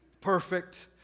perfect